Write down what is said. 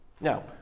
Now